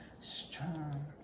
strong